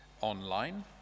online